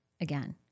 again